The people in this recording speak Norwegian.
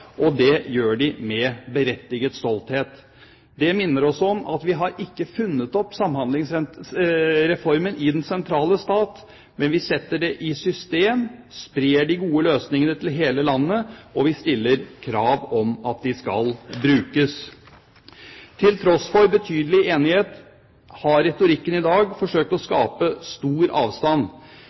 og det gjør de med berettiget stolthet. Det minner oss om at vi ikke har funnet opp Samhandlingsreformen i den sentrale stat, men vi setter det i system, sprer de gode løsningene til hele landet, og vi stiller krav om at de skal brukes. Til tross for betydelig enighet har retorikken i dag forsøkt å skape stor avstand.